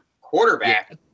Quarterback